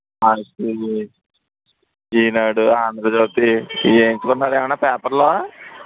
ఈనాడు ఆంధ్రజ్యోతి ఇవి వేయించుకున్నారా ఏవన్నాపేపర్లు